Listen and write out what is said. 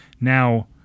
Now